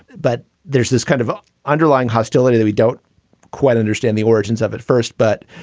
but there's this kind of underlying hostility that we don't quite understand the origins of it first. but